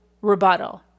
rebuttal